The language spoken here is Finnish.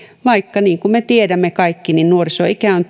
vaikka niin kuin me tiedämme kaikki nuorisoikä on